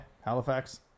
Halifax